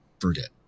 forget